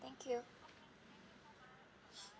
thank you